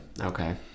Okay